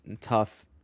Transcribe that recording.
tough